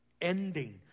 Ending